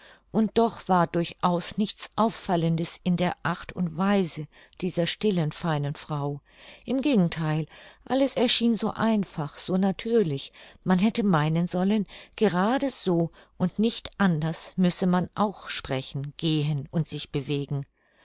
und doch war durchaus nichts auffallendes in der art und weise dieser stillen feinen frau im gegentheil alles erschien so einfach so natürlich man hätte meinen sollen gerade so und nicht anders müsse man auch sprechen gehen und sich bewegen